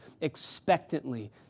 expectantly